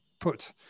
put